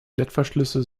klettverschlüsse